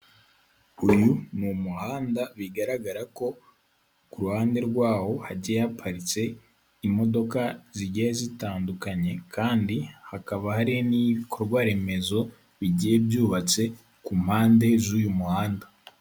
Uyu ni umuhanda bigaragara ko ku ruhande rwawo, hagiye haparitse imodoka zigiye zitandukanye, kandi hakaba hari n'ibikorwaremezo bigiye byubatse ku mpande z'uyu muhanda.